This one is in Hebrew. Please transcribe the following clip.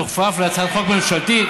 תוכפף להצעת חוק ממשלתית.